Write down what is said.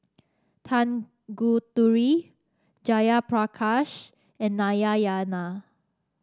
Tanguturi Jayaprakash and Nayayana